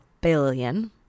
billion